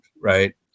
right